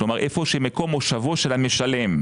כלומר, היכן מקום מושבו של המשלם.